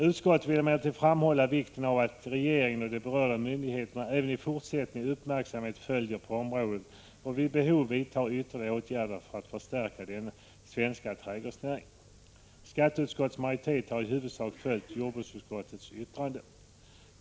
Utskottet vill emellertid framhålla vikten av att regeringen och berörda myndigheter även i fortsättningen uppmärksamt följer utvecklingen på området och vid behov vidtar ytterligare åtgärder för att stärka den svenska trädgårdsnäringen.” Skatteutskottets majoritet har i huvudsak följt jordbruksutskottets yttrande.